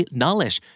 knowledge